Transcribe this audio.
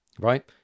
right